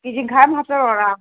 ꯀꯦꯖꯤꯃꯈꯥꯏ ꯑꯃ ꯍꯥꯞꯆꯔꯛꯑꯣꯔ